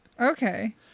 Okay